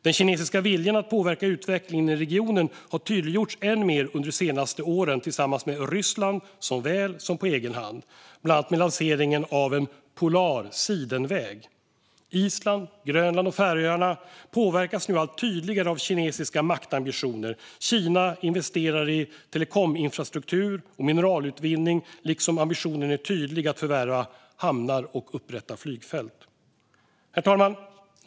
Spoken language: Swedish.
Den kinesiska viljan att påverka utvecklingen i regionen har tydliggjorts än mer under de senaste åren tillsammans med Ryssland såväl som på egen hand, bland annat med lanseringen av en "polar sidenväg". Island, Grönland och Färöarna påverkas nu allt tydligare av kinesiska maktambitioner. Kina investerar i telekominfrastruktur och mineralutvinning, och ambitionen är tydlig att förvärva hamnar och upprätta flygfält. Herr talman!